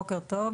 בוקר טוב.